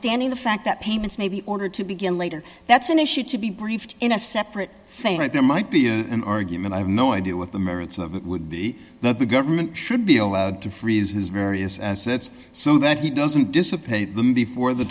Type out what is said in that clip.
withstanding the fact that payments may be order to begin later that's an issue to be briefed in a separate thing that there might be an argument i've no idea what the merits of that would be that the government should be allowed to freeze his various assets so that he doesn't dissipate them before the